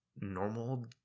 normal